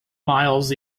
miles